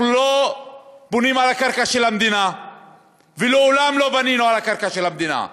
אנחנו לא בונים על הקרקע של המדינה ומעולם לא בנינו על הקרקע של המדינה.